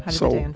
ah so, and